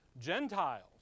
Gentiles